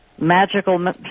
magical